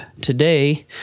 Today